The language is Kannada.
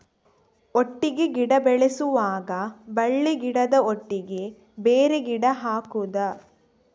ಒಟ್ಟಿಗೆ ಗಿಡ ಬೆಳೆಸುವಾಗ ಬಳ್ಳಿ ಗಿಡದ ಒಟ್ಟಿಗೆ ಬೇರೆ ಗಿಡ ಹಾಕುದ?